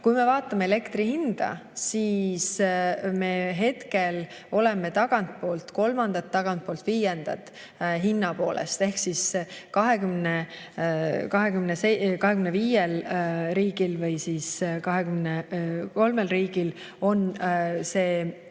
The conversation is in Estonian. Kui me vaatame elektri hinda, siis me hetkel oleme tagantpoolt kolmandad või tagantpoolt viiendad hinna poolest. Ehk 25 riigil või 23 riigil on